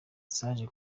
zaje